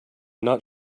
not